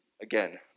Again